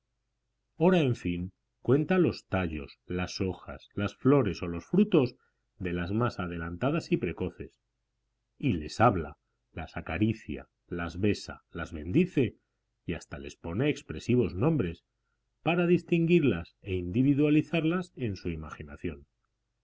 ora en fin cuenta los tallos las hojas las flores o los frutos de las más adelantadas y precoces y les habla las acaricia las besa las bendice y hasta les pone expresivos nombres para distinguirlas e individualizarlas en su imaginación